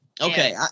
Okay